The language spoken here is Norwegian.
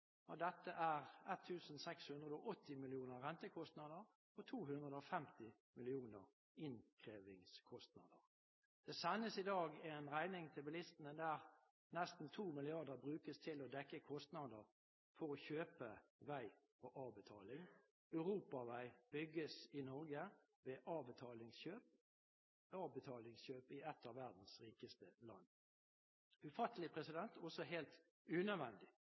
Av dette er 1 680 mill. kr rentekostnader og 250 mill. kr innkrevingskostnader. Det sendes i dag en regning til bilistene der nesten 2 mrd. kr brukes til å dekke kostnader for å kjøpe vei på avbetaling. Europavei bygges i Norge ved avbetalingskjøp – avbetalingskjøp i et av verdens rikeste land – ufattelig, men også helt unødvendig.